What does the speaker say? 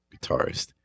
guitarist